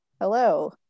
hello